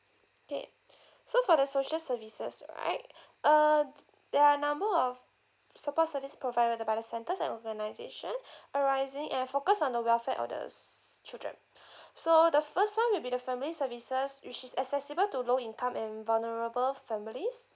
okay so for the social services right uh th~ there're a number of support service provided the by the centres and organisation arising and focus on the welfare of the s~ children so the first one will be the family services which is accessible to low income and vulnerable families